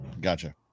gotcha